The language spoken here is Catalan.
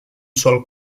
sol